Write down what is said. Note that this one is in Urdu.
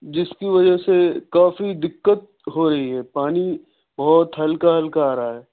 جس کی وجہ سے کافی دقت ہو رہی ہے پانی بہت ہلکا ہلکا آ رہا ہے